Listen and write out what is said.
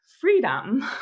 freedom